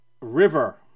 river